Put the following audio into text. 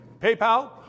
PayPal